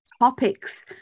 topics